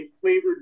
flavored